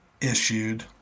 issued